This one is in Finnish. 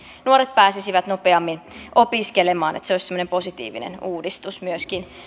nuoret pääsisivät nopeammin opiskelemaan se olisi semmoinen positiivinen uudistus myöskin